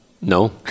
No